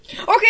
Okay